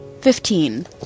Fifteen